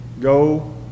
go